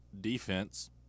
Defense